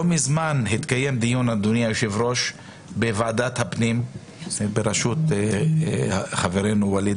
לא מזמן התקיים דיון בוועדת הפנים בראשות חברנו וליד